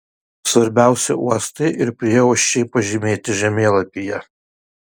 svarbiausi uostai ir prieuosčiai pažymėti žemėlapyje